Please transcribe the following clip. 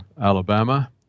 Alabama